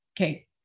okay